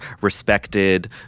respected